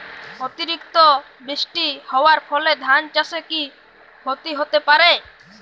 অতিরিক্ত বৃষ্টি হওয়ার ফলে ধান চাষে কি ক্ষতি হতে পারে?